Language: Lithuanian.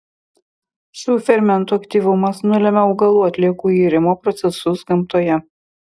šių fermentų aktyvumas nulemia augalų atliekų irimo procesus gamtoje